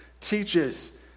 teaches